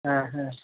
हां हां